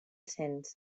cens